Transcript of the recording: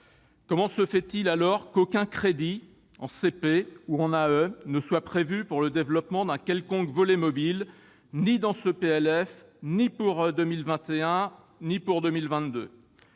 Comment se fait-il, alors, qu'aucun crédit, ni en CP ni en AE, ne soit prévu pour le développement d'un quelconque volet mobile, ni dans ce PLF, ni pour 2021, ni pour 2022 ?